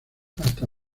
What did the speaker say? hasta